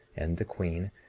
and the queen,